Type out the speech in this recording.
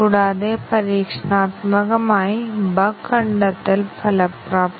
അടിസ്ഥാന വ്യവസ്ഥ പരിരക്ഷയിൽ ഓരോ ഘടക വ്യവസ്ഥയും സത്യവും തെറ്റായ മൂല്യങ്ങളും എടുക്കണമെന്ന് ഞങ്ങൾ ആവശ്യപ്പെടുന്നു